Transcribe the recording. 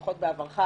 לפחות בעברך,